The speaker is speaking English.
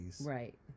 Right